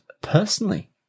personally